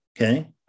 Okay